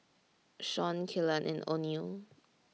Shawn Kelan and Oneal